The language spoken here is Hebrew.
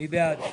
מי בעד?